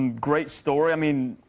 um great story. i mean,